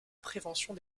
prévention